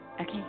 Okay